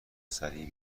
سریع